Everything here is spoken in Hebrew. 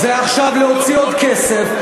עכשיו זה להוציא עוד כסף,